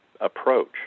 approach